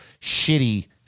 shitty